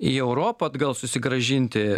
į europą atgal susigrąžinti